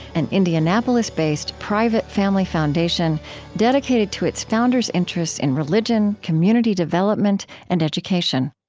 an indianapolis-based, private family foundation dedicated to its founders' interests in religion, community development, and education